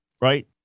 right